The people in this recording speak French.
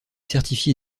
certifié